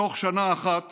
בתוך שנה אחת